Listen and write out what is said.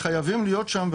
שחייבים להיות שם,